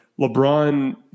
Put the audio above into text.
LeBron